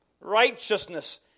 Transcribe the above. righteousness